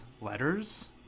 letters